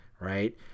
Right